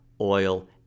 oil